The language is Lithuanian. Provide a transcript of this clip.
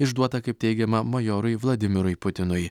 išduotą kaip teigiama majorui vladimirui putinui